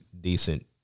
decent